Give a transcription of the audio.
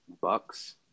Bucks